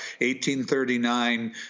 1839